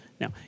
now